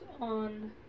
on